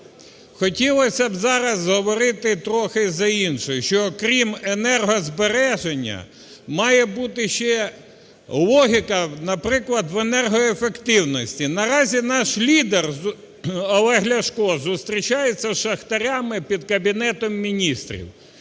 хотілось зараз б говорити трохи за інше, що крім енергозбереження, має бути ще логіка, наприклад, в енергоефективності. Наразі наш лідер Олег Ляшко зустрічається з шахтарями під Кабінетом Міністрів.